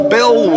Bill